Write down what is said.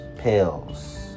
Pills